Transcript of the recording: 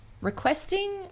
requesting